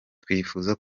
twifuza